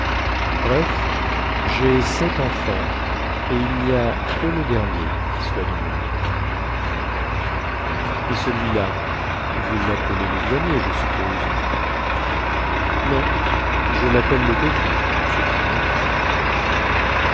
bref jai sept enfants et il ny a que le dernier qui soit de moi et celui-là vous lappelez le douanier je suppose non je lappelle le cocu cest plus gentil